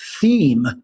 theme